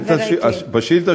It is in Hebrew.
את השאילתה?